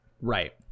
Right